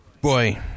Boy